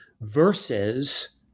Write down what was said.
versus